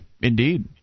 Indeed